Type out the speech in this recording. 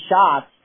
shots